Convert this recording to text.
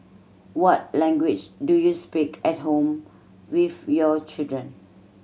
what language do you speak at home with your children